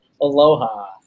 Aloha